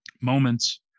moments